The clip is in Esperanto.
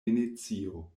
venecio